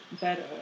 better